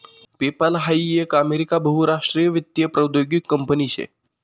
PayPal हाई एक America बहुराष्ट्रीय वित्तीय प्रौद्योगीक कंपनी शे